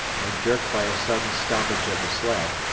when jerked by a sudden stoppage of the sled,